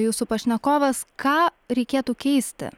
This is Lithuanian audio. jūsų pašnekovas ką reikėtų keisti